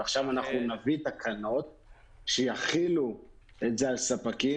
ועכשיו אנחנו נביא תקנות שיחילו את זה על ספקים,